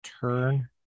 Turn